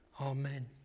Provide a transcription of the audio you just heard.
Amen